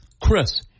Chris